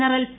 general P